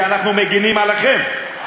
כי אנחנו מגינים עליכם,